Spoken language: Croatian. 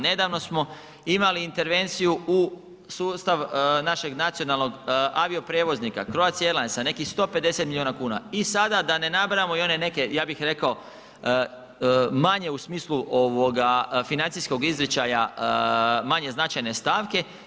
Nedavno smo imali intervenciju u sustav našeg nacionalnog avioprijevoznika Croatia Airlinesa nekih 150 milijuna kuna i sada da ne nabrajamo one neke ja bih rekao manje u smislu financijskog izričaja, manje značajne stavke.